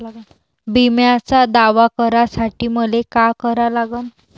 बिम्याचा दावा करा साठी मले का करा लागन?